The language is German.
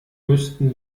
müssten